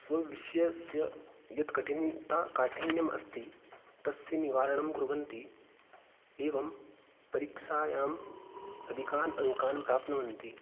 स्वविषयस्य यत् कठिनता काठिन्यम् अस्ति तस्य निवारणं कुर्वन्ति एवं परीक्षायां अधिकान् अङ्कान् प्राप्नुवन्ति